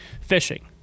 Fishing